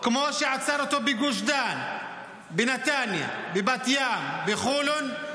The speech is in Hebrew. כמו שעצר אותו בגוש דן, בנתניה, בבת ים, בחולון.